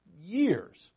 years